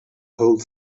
whole